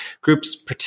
groups